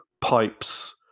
pipes